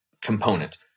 component